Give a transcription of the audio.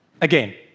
again